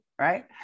Right